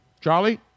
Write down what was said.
Charlie